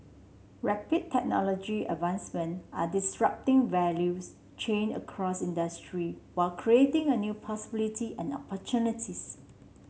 rapid technology advancement are disrupting values chain across industry while creating a new possibility and opportunities